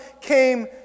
came